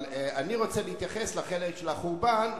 אבל אני רוצה להתייחס לחלק של החורבן,